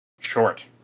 short